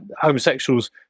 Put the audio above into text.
homosexuals